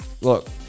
Look